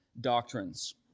doctrines